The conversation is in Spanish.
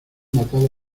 matado